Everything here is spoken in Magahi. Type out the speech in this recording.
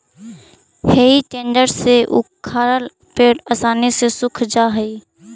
हेइ टेडर से उखाड़ल पेड़ आसानी से सूख जा हई